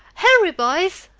hurry, boys